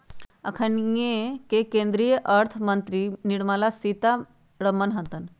अखनि के केंद्रीय अर्थ मंत्री निर्मला सीतारमण हतन